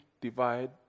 divide